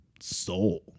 soul